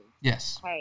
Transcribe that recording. Yes